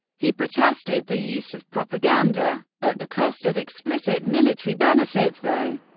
he protested the use of propaganda at the cost of explicit military benefits though.